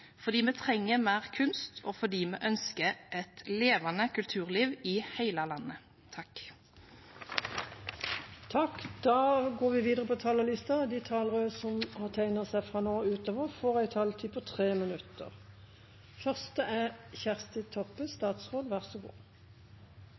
fordi vi trenger mer kunst, og fordi vi ønsker et levende kulturliv i hele landet. De talere som heretter får ordet, har en taletid på